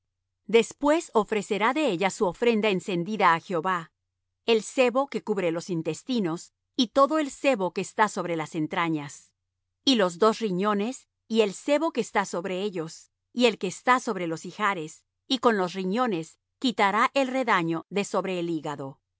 después ofrecerá de ella su ofrenda encendida á jehová el sebo que cubre los intestinos y todo el sebo que está sobre las entrañas y los dos riñones y el sebo que está sobre ellos y el que está sobre los ijares y con los riñones quitará el redaño de sobre el hígado